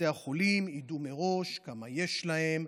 בתי החולים ידעו מראש כמה יש להם.